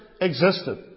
existed